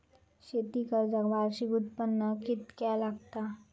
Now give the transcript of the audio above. शेती कर्जाक वार्षिक उत्पन्न कितक्या लागता?